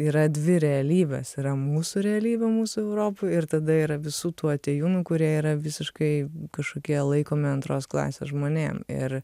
yra dvi realybės yra mūsų realybė mūsų europa ir tada yra visų tų atėjūnų kurie yra visiškai kažkokie laikomi antros klasės žmonėm ir